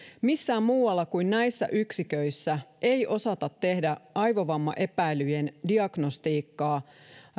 missään muualla kuin näissä yksiköissä ei osata tehdä aivovammaepäilyjen diagnostiikkaa